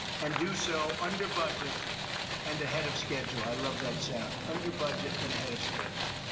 and do so under budget and ahead of schedule. i love that sound under budget and ahead of schedule.